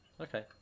Okay